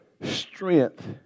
strength